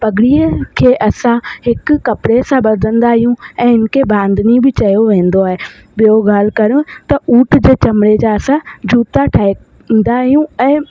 पगड़ीअ खे असां हिकु कपिड़े सां ॿधंदा आयूं ऐं हिन खे बांधनी भी चयो वेंदो आहे ॿियो ॻाल्हि कयूं त ऊठ चमिड़े जा असां जूता ठाहे ईंदा आहियूं ऐं